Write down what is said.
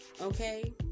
Okay